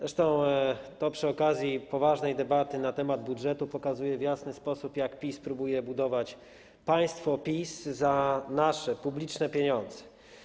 Zresztą to przy okazji poważnej debaty na temat budżetu pokazuje w jasny sposób, jak PiS próbuje budować państwo PiS za nasze, publiczne pieniądze.